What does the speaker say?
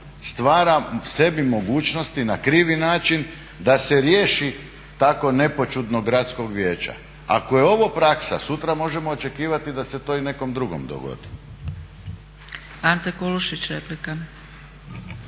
stvar sebi mogućnosti na krivi način da se riješi tako nepoćudnog gradskog vijeća. Ako je ovo praksa sutra možemo očekivati da se to i nekome drugom dogodi.